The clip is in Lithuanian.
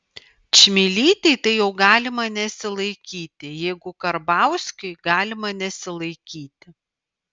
čmilytei tai jau galima nesilaikyti jeigu karbauskiui galima nesilaikyti